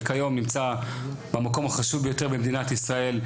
וכיום נמצא במקום החשוב ביותר במדינת ישראל,